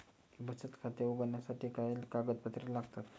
बचत खाते उघडण्यासाठी काय कागदपत्रे लागतात?